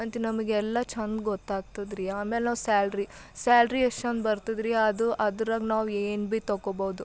ಅಂತ ನಮಗೆಲ್ಲ ಛಂದ್ ಗೊತ್ತಾಗ್ತದ್ರೀ ಆಮ್ಯಾಲೆ ನಾವು ಸ್ಯಾಲ್ರಿ ಸ್ಯಾಲ್ರಿ ಎಷ್ಟು ಛಂದ್ ಬರ್ತದ್ರೀ ಅದು ಅದ್ರಗ ನಾವು ಏನು ಬಿ ತೊಗೊಬೌದು